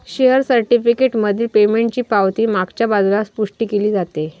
share certificate मधील पेमेंटची पावती मागच्या बाजूला पुष्टी केली जाते